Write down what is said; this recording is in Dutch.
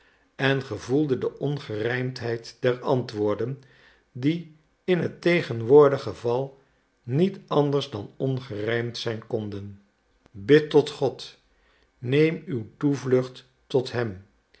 en gevoelde de ongerijmdheid der antwoorden die in het tegenwoordig geval niet anders dan ongerijmd zijn konden bid tot god neem uw toevlucht tot hem